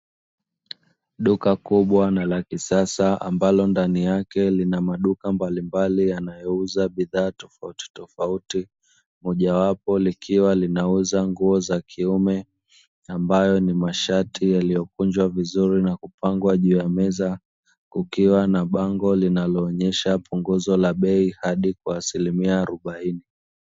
Duka kubwa na la kisasa ambalo ndani yake lina maduka mbalimbali yanayouza bidhaa tofautitofauti. Mojawapo likiwa linauza nguo za kiume ambayo ni mashati yaliyokunjwa vizuri na kupangwa juu ya meza. Kukiwa na bango linaloonyesha punguzo la bei hadi kwa asilimia arobaini.